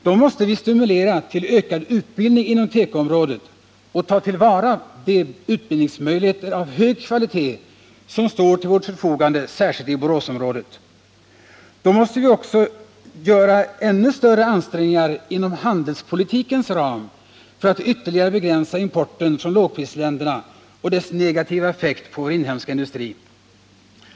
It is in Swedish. Då måste vi stimulera till ökad utbildning inom tekoområdet och ta till vara de utbildningsmöjligheter av hög kvalitet som står till vårt förfogande särskilt i Boråsområdet. Då måste vi också göra ännu större ansträngningar inom handelspolitikens ram för att ytterligare begränsa importen från lågprisländerna och den negativa effekt denna har på vår inhemska industri.